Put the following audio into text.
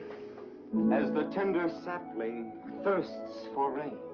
as the tender sapling thirsts for rain,